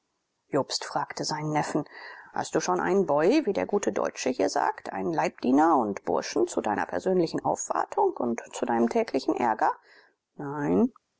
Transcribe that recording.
jobst fragte seinen neffen hast du schon einen boy wie der gute deutsche hier sagt einen leibdiener und burschen zu deiner persönlichen aufwartung und zu deinem täglichen ärger nein